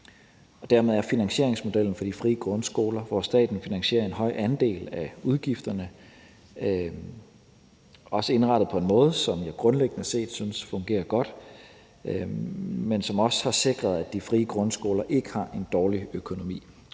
Dermed er finansieringsmodellen for de frie grundskoler, hvor staten finansierer en høj andel af udgifterne, også indrettet på en måde, som jeg grundlæggende set synes fungerer godt, men som også har sikret, at de frie grundskoler ikke har en dårlig økonomi.